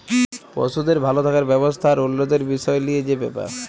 পশুদের ভাল থাকার ব্যবস্থা আর উল্যতির বিসয় লিয়ে যে ব্যাপার